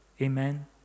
Amen